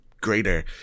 greater